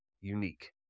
unique